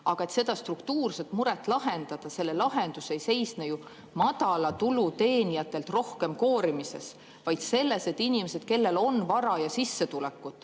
Aga et seda struktuurset muret lahendada, selle lahendus ei seisne ju väikese tulu teenijatelt rohkem koorimises, vaid selles, et inimesed, kellel on vara ja sissetulekut,